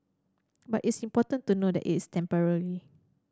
but it's important to know that it's temporary